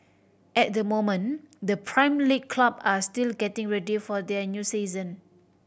at the moment the Prime League club are still getting ready for their new season